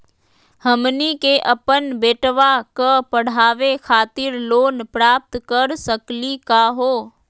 हमनी के अपन बेटवा क पढावे खातिर लोन प्राप्त कर सकली का हो?